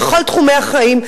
בכל תחומי החיים,